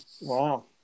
wow